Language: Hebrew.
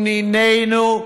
ונינינו,